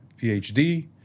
PhD